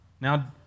Now